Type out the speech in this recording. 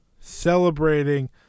celebrating